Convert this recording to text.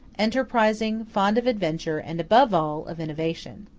enterprising, fond of adventure, and, above all, of innovation.